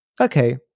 okay